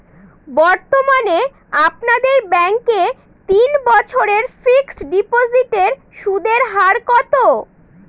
বর্তমানে আপনাদের ব্যাঙ্কে তিন বছরের ফিক্সট ডিপোজিটের সুদের হার কত?